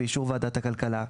באישור ועדת הכלכלה,